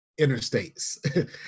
interstates